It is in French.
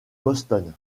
boston